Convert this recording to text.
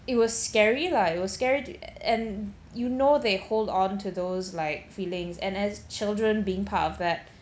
it was scary lah it was scary to~ and you know they hold onto those like feelings and as children being part of that